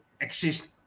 exist